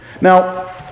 Now